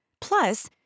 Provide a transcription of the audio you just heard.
Plus